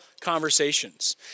conversations